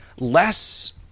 Less